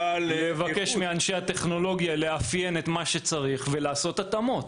לבקש מאנשי הטכנולוגיה לאפיין את מה שצריך ולעשות התאמות,